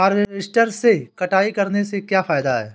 Harvester से कटाई करने से क्या फायदा है?